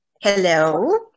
Hello